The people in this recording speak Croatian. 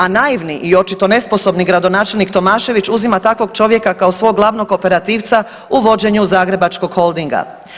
A naivni i očito nesposobni gradonačelnik Tomašević uzima takvog čovjeka kao svog glavnog operativca u vođenju zagrebačkog Holdinga.